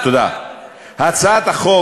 הגב, הגב.